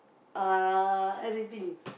uh anything